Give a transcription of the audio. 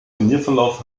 turnierverlauf